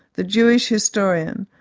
the jewish historian,